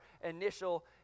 initial